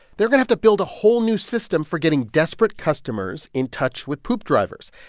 they're going have to build a whole new system for getting desperate customers in touch with poop drivers,